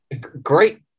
Great